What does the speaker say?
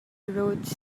rhodes